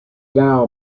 now